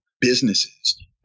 businesses